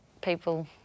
people